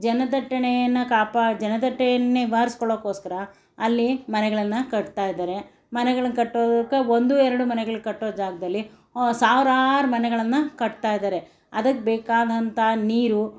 ಜನದಟ್ಟಣೆಯನ್ನು ಕಾಪಾ ಜನದಟ್ಟಣೆ ನಿವಾರ್ಸ್ಕೊಳೋಕೋಸ್ಕರ ಅಲ್ಲಿ ಮನೆಗಳನ್ನು ಕಟ್ತಾ ಇದ್ದಾರೆ ಮನೆಗಳನ್ನು ಕಟ್ಟೋದಕ್ಕೆ ಒಂದು ಎರಡು ಮನೆಗಳು ಕಟ್ಟೋ ಜಾಗದಲ್ಲಿ ಸಾವಿರಾರು ಮನೆಗಳನ್ನು ಕಟ್ತಾ ಇದ್ದಾರೆ ಅದಕ್ಕೆ ಬೇಕಾದಂಥ ನೀರು